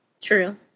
True